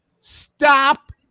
Stop